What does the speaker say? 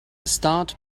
start